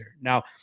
Now